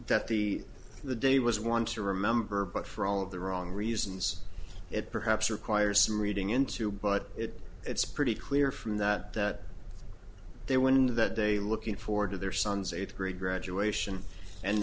that the the day was one to remember but for all of the wrong reasons it perhaps requires some reading into but it it's pretty clear that from that they were in that day looking forward to their son's eighth grade graduation and